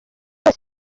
yose